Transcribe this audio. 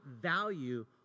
value